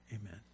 Amen